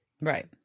right